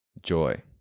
joy